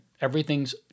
Everything's